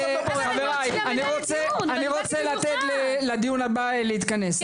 אני רוצה לתת לדיון הבא להתכנס,